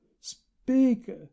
speak